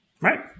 right